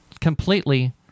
Completely